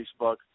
Facebook